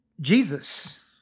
Jesus